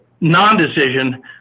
non-decision